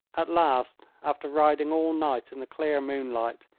at last, after riding all night in the clear moonlight,